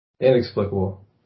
Inexplicable